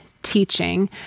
Teaching